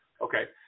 Okay